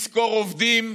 לשכור עובדים,